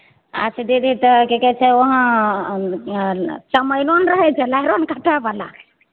आच्छे दीदी तऽ की कहै छै वहाॅं अं चमइनो न रहै छै लहरों ने काटै बला